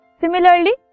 Similarly